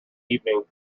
evening